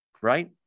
right